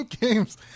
games